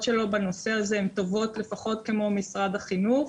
שלו בנושא הזה הן טובות לפחות כמו של משרד החינוך,